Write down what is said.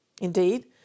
Indeed